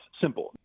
simple